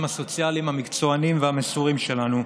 הסוציאליים המקצוענים והמסורים שלנו,